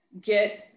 get